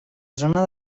zona